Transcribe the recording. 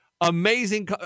amazing –